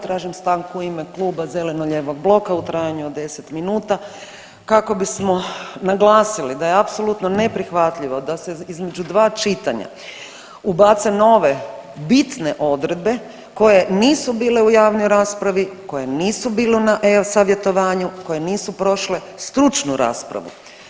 Tražim stanku u ime kluba Zeleno-lijevog bloka u trajanju od 10 minuta kako bismo naglasili da je apsolutno neprihvatljivo da se između dva čitanja ubace nove bitne odredbe koje nisu bile u javnoj raspravi, koje nisu bile na eSavjetovanju koje nisu prošle stručnu raspravu.